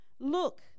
Look